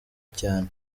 cyane